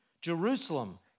Jerusalem